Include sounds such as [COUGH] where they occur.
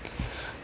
[BREATH]